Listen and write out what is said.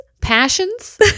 passions